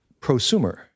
prosumer